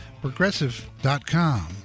Progressive.com